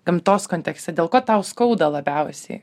gamtos kontekste dėl ko tau skauda labiausiai